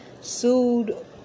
sued